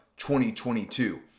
2022